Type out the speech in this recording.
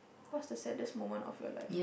what's the saddest moment of your life